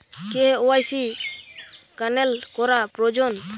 KYC cancel করা প্রয়োজন?